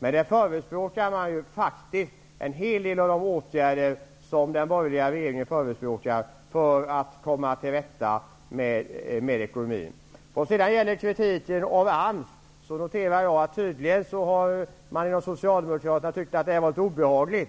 Där förutspråkas faktiskt en hel del av de åtgärder som den borgerliga regeringen förespråkar för att komma till rätta med ekonomin. Vad sedan gäller kritiken mot AMS noterar jag att man inom Socialdemokraterna tydligen har tyckt att den var obehaglig.